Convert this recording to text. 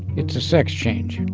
it's a sex change